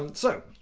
and so.